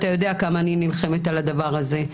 אתה יודע כמה אני נלחמת על הדבר הזה,